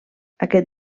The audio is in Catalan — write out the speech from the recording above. aquest